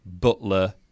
butler